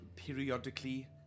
periodically